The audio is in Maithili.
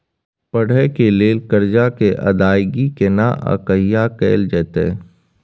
पढै के लिए लेल कर्जा के अदायगी केना आ कहिया कैल जेतै?